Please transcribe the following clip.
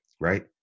Right